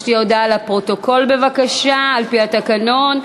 יש לי הודעה לפרוטוקול, בבקשה, על-פי התקנון,